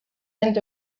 end